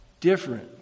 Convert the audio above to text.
different